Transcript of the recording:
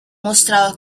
mostrado